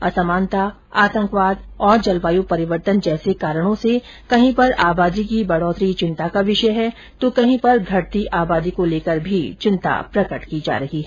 असमानता आतंकवाद और जलवायु परिवर्तन जैसे कारणों से कहीं पर आबादी की बढोतरी चिंता का विषय है तो कहीं पर घटती आबादी को लेकर भी चिंता प्रकट की जा रही है